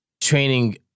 training